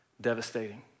devastating